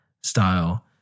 style